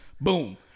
boom